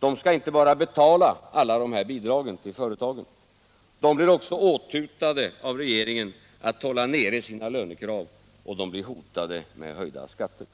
De skall inte bara betala alla de här bidragen till företagen — de blir också åthutade av regeringen att hålla nere sina lönekrav, och de blir hotade med höjda skatter.